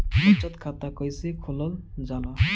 बचत खाता कइसे खोलल जाला?